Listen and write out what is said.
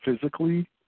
physically